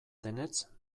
denetz